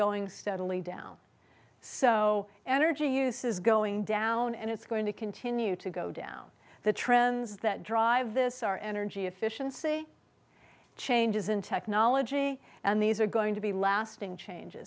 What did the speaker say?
going steadily down so energy use is going down and it's going to continue to go down the trends that drive this our energy efficiency changes technology in ology and these are going to be lasting changes